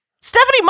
Stephanie